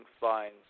fine